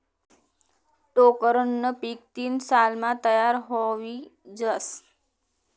टोक्करनं पीक तीन सालमा तयार व्हयी जास